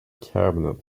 cabinet